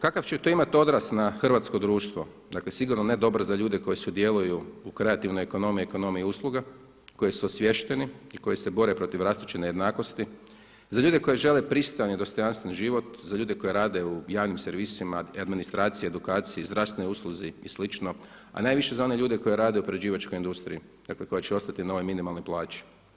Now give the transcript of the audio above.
Kakav će to imati odraz na hrvatsko društvo, dakle sigurno ne dobar za ljude koji sudjeluju u kreativnoj ekonomiji, ekonomiji usluga, koji su osviješteni i koji se bore protiv rastuće nejednakosti, za ljude koji žele pristojan i dostojanstven život, za ljude koji rade u javnim servisima, administraciji, edukaciji, zdravstvenoj usluzi i slično a najviše za one ljude koji rade u prerađivačkoj industriji dakle koja će ostati na ovoj minimalnoj plaći.